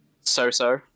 so-so